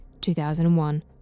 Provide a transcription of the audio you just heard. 2001